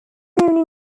china